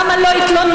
למה לא התלוננת.